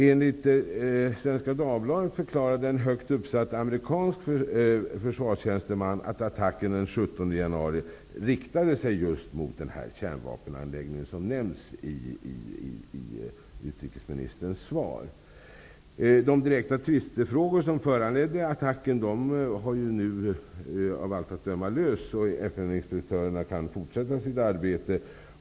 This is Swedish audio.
Enligt Svenska Dagbladet förklarade en högt uppsatt amerikansk försvarstjänsteman att attacken den 17 januari riktade sig just mot den kärnvapenanläggning som nämns i utrikesministerns svar. De direkta tvistefrågor som föranledde attacken har nu av allt att döma lösts, och FN-inspektörerna kan fortsätta sitt arbete.